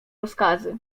rozkazy